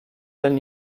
ten